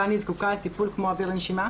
אני זקוקה לטיפול כמו אוויר לנשימה".